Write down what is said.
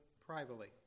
privately